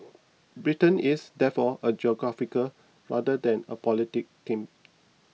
Britain is therefore a geographical rather than a political team